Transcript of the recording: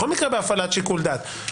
בכל מקרה בהפעלת שיקול דעת,